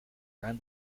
ran